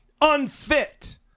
unfit